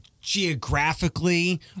geographically